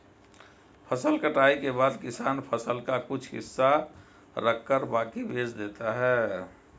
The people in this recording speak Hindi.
फसल कटाई के बाद किसान फसल का कुछ हिस्सा रखकर बाकी बेच देता है